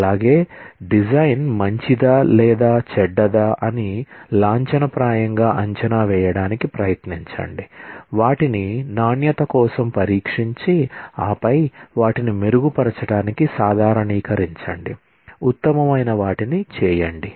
అలాగే డిజైన్ మంచిదా లేదా చెడ్డదా అని లాంఛనప్రాయంగా అంచనా వేయడానికి ప్రయత్నించండి వాటిని నాణ్యత కోసం పరీక్షించి ఆపై వాటిని మెరుగుపరచడానికి సాధారణీకరించండి ఉత్తమమైన వాటిని చేయండి